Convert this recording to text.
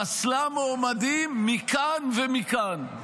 פסלה מועמדים מכאן ומכאן.